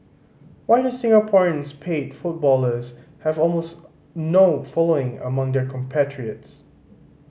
why do Singapore's paid footballers have almost no following among their compatriots